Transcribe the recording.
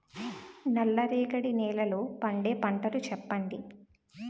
నల్ల రేగడి నెలలో పండే పంటలు చెప్పండి?